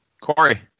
Corey